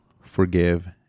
forgive